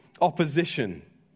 opposition